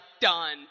done